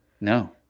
no